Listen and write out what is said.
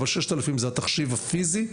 אבל 6,000 זה התחשיב הפיזי.